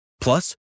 Plus